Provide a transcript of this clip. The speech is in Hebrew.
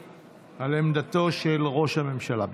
על עמדתו של ראש הממשלה.